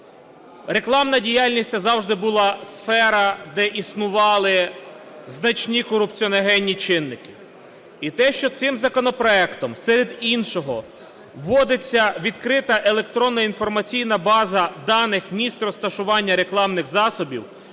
Рекламна діяльність – це завжди була сфера, де існували значні корупціогенні чинники. І те, що цим законопроектом серед іншого вводиться відкрита електронна інформаційна база даних місць розташування рекламних засобів,